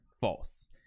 false